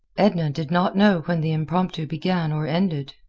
edna did not know when the impromptu began or ended.